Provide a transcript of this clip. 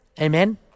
Amen